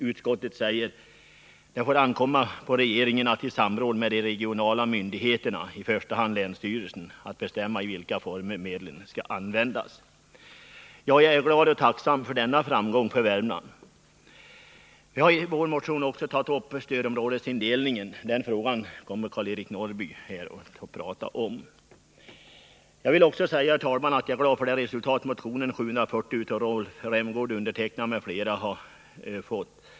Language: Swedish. Utskottet säger att det får ankomma på regeringen att i samråd med de regionala myndigheterna, i första hand länsstyrelsen, bestämma i vilka former medlen skall användas. Jag är glad och tacksam för denna framgång för Värmland. Vi har i vår motion också tagit upp stödområdesindelningen. Den frågan kommer Karl-Eric Norrby senare att tala om. Herr talman! Jag vill också säga att jag är glad för det resultat som motionen 740 av Rolf Rämgård m.fl. har fått.